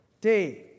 day